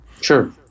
Sure